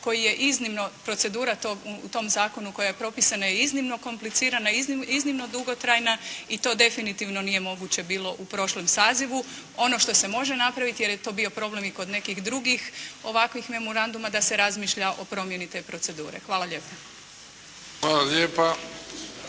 koji je iznimno, procedura tog, u tom zakonu u kojem je propisano je iznimno komplicirana, iznimno dugotrajna i to definitivno nije moguće bilo u prošlom sazivu. Ono što se može napraviti jer je to bio problem i kod nekih drugih ovakvih memoranduma, da se razmišlja o promjeni te procedure. Hvala lijepo. **Bebić,